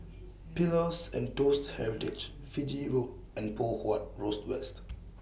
Pillows and Toast Heritage Fiji Road and Poh Huat Roast West